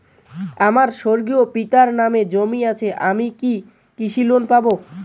আমার স্বর্গীয় পিতার নামে জমি আছে আমি কি কৃষি লোন পাব?